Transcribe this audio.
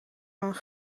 van